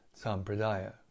Sampradaya